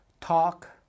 talk